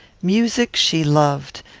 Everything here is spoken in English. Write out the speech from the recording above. music she loved,